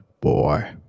boy